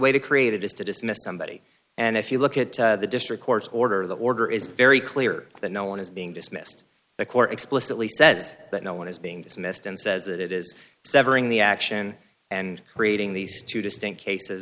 way to create it is to dismiss somebody and if you look at the district court's order the order is very clear that no one is being dismissed the court explicitly says that no one is being dismissed and says that it is severing the action and creating these two distinct cases